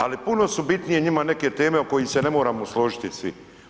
Ali puno su bitnije njima neke teme oko kojih se ne moramo složiti svi.